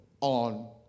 on